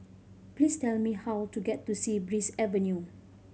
please tell me how to get to Sea Breeze Avenue